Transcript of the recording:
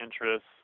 interests